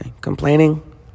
Complaining